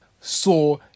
saw